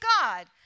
God